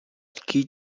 key